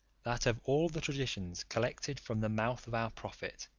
that of all the traditions collected from the mouth of our prophet,